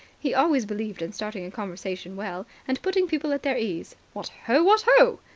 he always believed in starting a conversation well, and putting people at their ease. what ho! what ho!